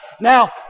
Now